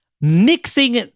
mixing